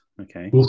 Okay